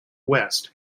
west